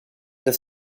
des